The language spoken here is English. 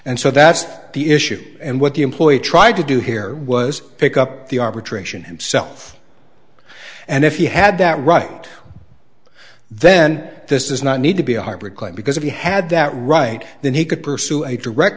and so that's the issue and what the employee tried to do here was pick up the arbitration himself and if he had that right then this is not need to be a hybrid claim because if he had that right then he could pursue a direct